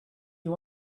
you